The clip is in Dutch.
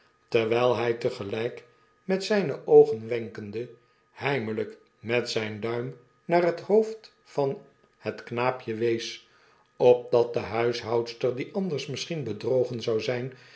terwijl ny tegelyk met zyne oogen wenkende heimelp met zyn duim naar het hoofd van het knaapje wees opdat de huishoudster die anders misschien bedrogen zou zijn